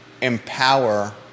empower